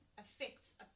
affects